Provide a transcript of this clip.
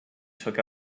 took